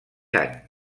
any